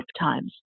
lifetimes